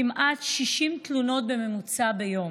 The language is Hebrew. כמעט 60 תלונות בממוצע ביום.